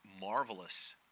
marvelous